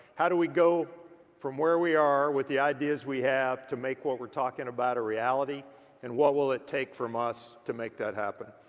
how do we go from where we are with the ideas we have to make what we're talking about a reality and what will it take from us to make that happen.